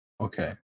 okay